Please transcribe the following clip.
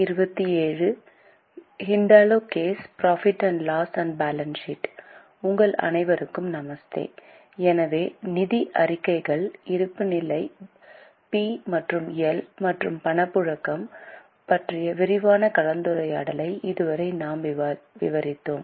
உங்கள் அனைவருக்கும் நமஸ்தே எனவே நிதி அறிக்கைகள் இருப்புநிலை பி மற்றும் எல் மற்றும் பணப்புழக்கம் பற்றிய விரிவான கலந்துரையாடலை இதுவரை நாம் விவரித்தோம்